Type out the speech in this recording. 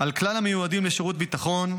על כלל המיועדים לשירות ביטחון,